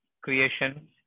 creation